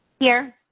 here.